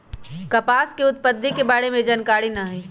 कपास के उत्पत्ति के बारे में जानकारी न हइ